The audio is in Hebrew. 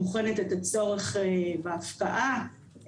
את הצורך בהפקעה,